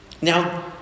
Now